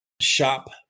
Shop